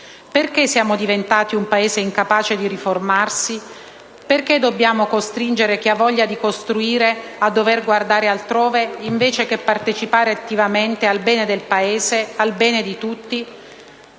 Perché siamo diventati un Paese incapace di riformarsi? Perché dobbiamo costringere chi ha voglia di costruire a dover guardare altrove, invece di partecipare attivamente al bene del Paese, al bene di tutti?